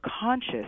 conscious